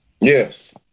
yes